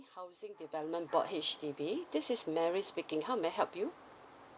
housing development board H_D_B this is Mary speaking how may I help you